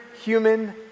human